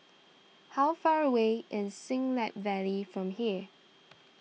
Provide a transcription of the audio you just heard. how far away is Siglap Valley from here